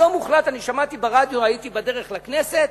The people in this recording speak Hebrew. היום הוחלט, שמעתי ברדיו, הייתי בדרך לכנסת,